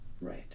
Right